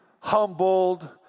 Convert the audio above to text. humbled